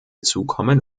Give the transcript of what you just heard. zukommen